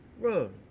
bro